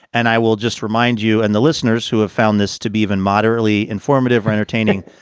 and i will just remind you and the listeners who have found this to be even moderately informative or entertaining.